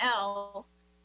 else